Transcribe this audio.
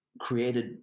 created